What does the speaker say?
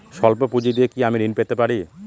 সল্প পুঁজি দিয়ে কি আমি ঋণ পেতে পারি?